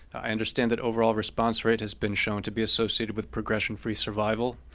i understand that overall response rate has been shown to be associated with progression-free survival,